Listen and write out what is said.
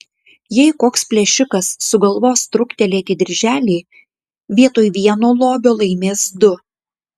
jei koks plėšikas sugalvos truktelėti dirželį vietoj vieno lobio laimės du